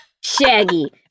Shaggy